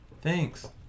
Thanks